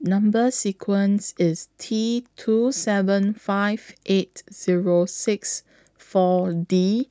Number sequence IS T two seven five eight Zero six four D